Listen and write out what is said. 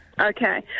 Okay